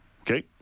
Okay